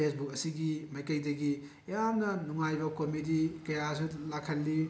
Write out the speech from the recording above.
Facebook ꯑꯁꯤꯒꯤ ꯃꯥꯏꯀꯩꯗꯒꯤ ꯌꯥꯝꯅ ꯅꯨꯡꯉꯥꯏꯕ ꯀꯣꯃꯦꯗꯤ ꯀꯌꯥꯁꯨ ꯂꯥꯛꯍꯜꯂꯤ